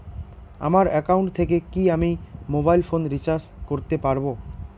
আমার একাউন্ট থেকে কি আমি মোবাইল ফোন রিসার্চ করতে পারবো?